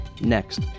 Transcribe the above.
next